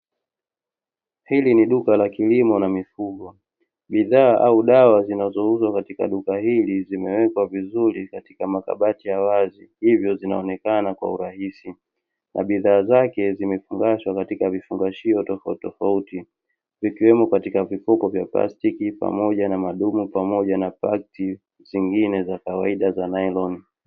Hili ni duka la kilimo na mifugo. Bidhaa au dawa zinazouzwa katika duka hili zimewekwa vizuri katika makabati ya wazi, hivyo zinaonekana kwa urahisi, na bidhaa zake zimefungashwa katika vifungashio tofauti tofauti, vikiwemo katika vifuko vya plastiki, pamoja na madumu pamoja na pakti zingine za kawaida za nailoni.